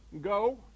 go